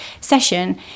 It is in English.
session